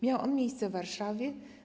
Miał on miejsce w Warszawie.